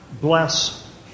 bless